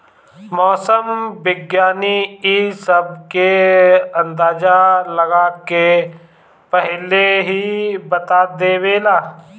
मौसम विज्ञानी इ सब के अंदाजा लगा के पहिलहिए बता देवेला